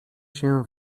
się